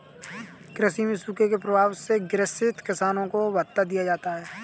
कृषि में सूखे के प्रभाव से ग्रसित किसानों को भत्ता दिया जाता है